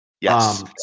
Yes